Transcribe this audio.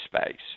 space